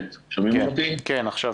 הזה.